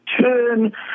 turn